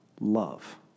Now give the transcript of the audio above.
love